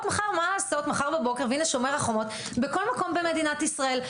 מחר בבוקר בכל מקום במדינת ישראל,